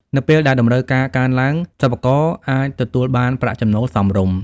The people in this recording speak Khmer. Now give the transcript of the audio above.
នៅពេលដែលតម្រូវការកើនឡើង សិប្បករអាចទទួលបាន ប្រាក់ចំណូលសមរម្យ។